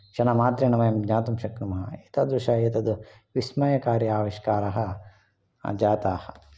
क्षणमात्रेण वयं ज्ञातुं शक्नुमः एतादृश एतत् विस्मयकारी आविष्कारः जाताः